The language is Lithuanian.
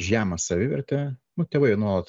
žemą savivertę va tėvai nuolat